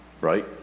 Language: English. right